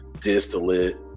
distillate